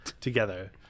together